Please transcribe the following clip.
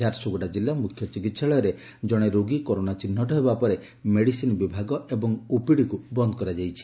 ଝାରସୁଗୁଡ଼ା ଜିଲ୍ଲା ମୁଖ୍ୟ ଚିକିହାଳୟରେ ଜଣେ ରୋଗୀ କରୋନା ଚିହ୍ବଟ ହେବା ପରେ ମେଡିସିନ୍ ବିଭାଗ ଏବଂ ଓପିଡି ବନ୍ଦ କରାଯାଇଛି